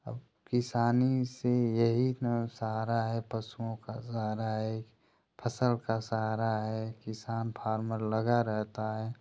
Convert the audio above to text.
अब किसानी से यही न सहारा है पशुओं का सहारा है फ़स्ल का सहारा है किसान फार्मर लगा रहता है